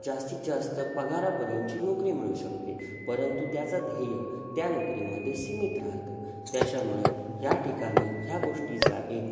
जास्तीत जास्त पगारापर्यंतची नोकरी मिळू शकते परंतु त्याचा ध्येय त्या नोकरीमध्ये सीमित राहतं त्याच्यामुळे ह्या ठिकाणी ह्या गोष्टीचा एक